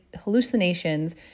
hallucinations